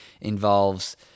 involves